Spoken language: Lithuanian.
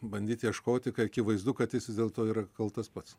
bandyti ieškoti kai akivaizdu kad jis vis dėlto yra kaltas pats